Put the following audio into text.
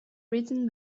written